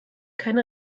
keine